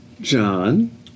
John